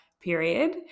period